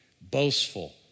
Boastful